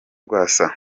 rwasa